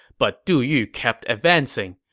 but du yu kept advancing.